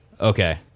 Okay